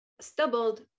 stumbled